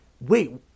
wait